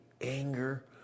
anger